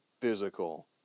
physical